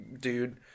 dude